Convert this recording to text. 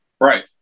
Right